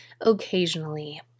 occasionally